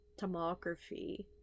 tomography